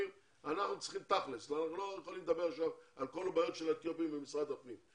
וצריכים תכל'ס ולא יכולים לדבר על כל הבעיות של האתיופים במשרד הפנים.